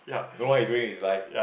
know what you doing is life